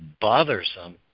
bothersome